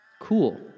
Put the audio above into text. Cool